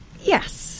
Yes